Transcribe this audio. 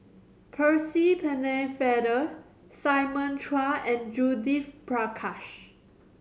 Percy Pennefather Simon Chua and Judith Prakash